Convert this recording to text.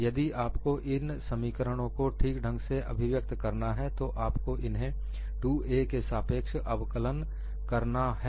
यदि आपको इन समीकरणों को ठीक ढंग से अभिव्यक्त करना है तो आपको इन्हें 2a के सापेक्ष अवकलन करना है